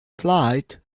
flight